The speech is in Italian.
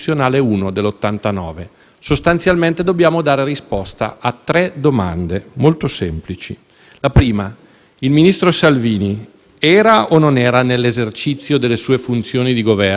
La prima: il ministro Salvini era o non era nell'esercizio delle sue funzioni di Governo quando ha portato le condotte oggi sotto l'esame di quest'Assemblea? La risposta è pacifica: certamente sì,